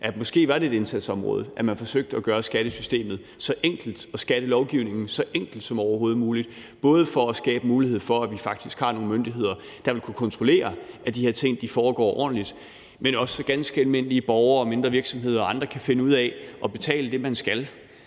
måske var et relevant indsatsområde, at vi forsøgte at gøre skattesystemet og skattelovgivningen så enkle som overhovedet muligt, både for at skabe mulighed for, at vi faktisk har nogle myndigheder, der vil kunne kontrollere, at de her ting foregår ordentligt, men det er også, så man som ganske almindelig borger eller mindre virksomhed og andet kan finde ud af at betale den skat